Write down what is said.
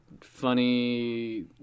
funny